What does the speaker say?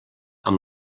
amb